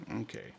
okay